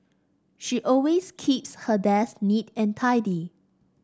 she always keeps her desk neat and tidy